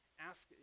ask